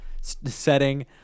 setting